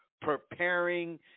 preparing